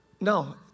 no